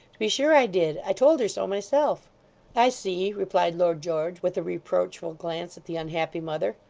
to be sure i did! i told her so myself i see replied lord george, with a reproachful glance at the unhappy mother.